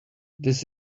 this